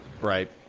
Right